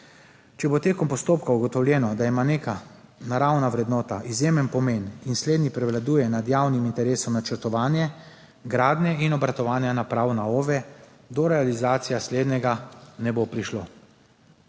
Če bo med postopkom ugotovljeno, da ima neka naravna vrednota izjemen pomen in slednji prevladuje nad javnim interesom načrtovanje gradnje in obratovanja naprav na OVE, do realizacije slednjega ne bo prišlo.